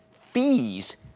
fees